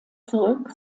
zurück